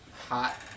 hot